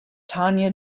tanya